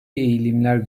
eğilimler